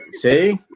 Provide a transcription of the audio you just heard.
See